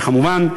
וכמובן,